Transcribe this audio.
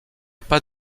pas